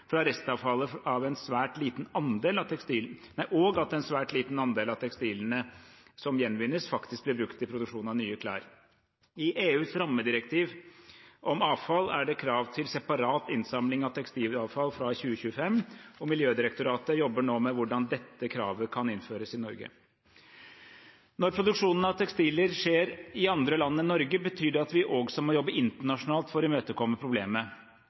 og at en svært liten andel av tekstilene som gjenvinnes, faktisk blir brukt i produksjon av nye klær. I EUs rammedirektiv om avfall er det krav til separat innsamling av tekstilavfall fra 2025, og Miljødirektoratet jobber nå med hvordan dette kravet kan innføres i Norge. Når produksjonen av tekstiler skjer i andre land enn Norge, betyr det at vi også må jobbe internasjonalt for å imøtegå problemet.